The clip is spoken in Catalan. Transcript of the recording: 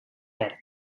verd